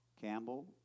Campbell